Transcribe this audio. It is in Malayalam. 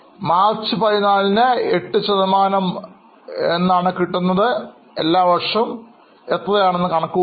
മാർച്ച് 14ന് ഇത് 8 ശതമാനമാണ് ദയവായി എല്ലാവർഷവും എത്രയാണെന്ന് കണക്ക് കൂട്ടുക